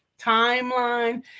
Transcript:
timeline